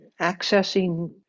accessing